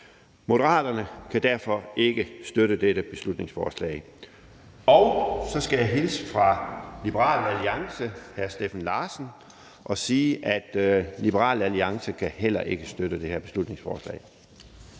Moderaterne kan derfor ikke støtte dette beslutningsforslag, og jeg skal hilse fra Liberal Alliances ordfører, hr. Steffen Larsen, og sige, at Liberal Alliance heller ikke kan støtte det her beslutningsforslag.